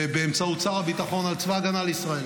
ובאמצעות שר הביטחון על צבא ההגנה לישראל.